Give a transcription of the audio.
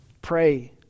pray